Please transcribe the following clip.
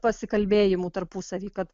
pasikalbėjimų tarpusavy kad